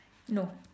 no